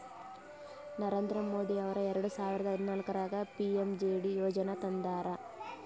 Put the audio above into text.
ನರೇಂದ್ರ ಮೋದಿ ಅವರು ಎರೆಡ ಸಾವಿರದ ಹದನಾಲ್ಕರಾಗ ಪಿ.ಎಮ್.ಜೆ.ಡಿ ಯೋಜನಾ ತಂದಾರ